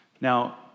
Now